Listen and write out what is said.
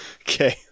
okay